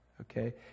Okay